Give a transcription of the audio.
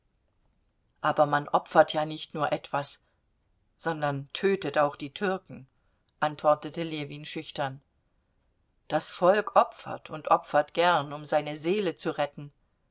aber man opfert ja nicht nur etwas sondern tötet auch die türken antwortete ljewin schüchtern das volk opfert und opfert gern um seine seele zu retten